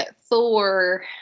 Thor